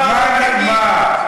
מה נאמר?